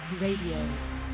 Radio